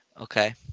Okay